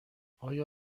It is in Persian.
آیا